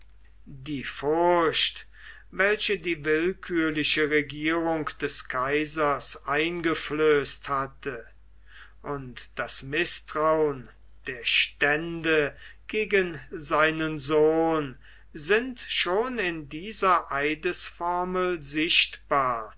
die furcht welche die willkürliche regierung des kaisers eingeflößt hatte und das mißtrauen der stände gegen seinen sohn sind schon in dieser eidesformel sichtbar